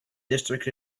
district